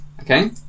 Okay